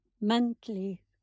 mentally